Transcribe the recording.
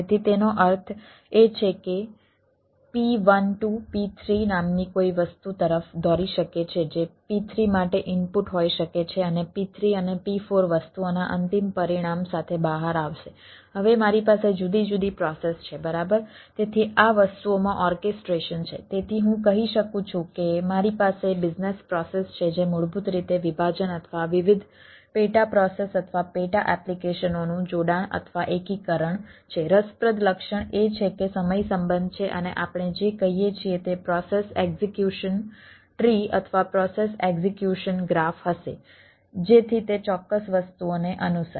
તેથી તેનો અર્થ એ છે કે P12 P3 નામની કોઈ વસ્તુ તરફ દોરી શકે છે જે P3 માટે ઇનપુટ હશે જેથી તે ચોક્કસ વસ્તુઓને અનુસરે